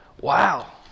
wow